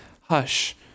hush